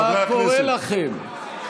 מה קורה לכם?